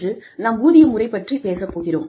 இன்று நாம் ஊதிய முறை பற்றிப் பேசப் போகிறோம்